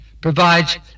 provides